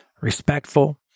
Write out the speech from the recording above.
respectful